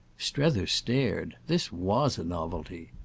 strether stared this was a novelty.